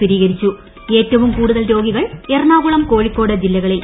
സ്ഥിരീകരിച്ചു ഏറ്റവും കൂടുതൽ രോഗികൾ എറണാകുളം കോഴിക്കോട് ജില്ലകളിൽ